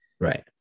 right